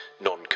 non